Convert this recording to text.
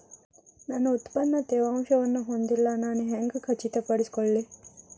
ನನ್ನ ಉತ್ಪನ್ನ ತೇವಾಂಶವನ್ನು ಹೊಂದಿಲ್ಲಾ ನಾನು ಹೆಂಗ್ ಖಚಿತಪಡಿಸಿಕೊಳ್ಳಲಿ?